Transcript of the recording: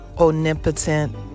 omnipotent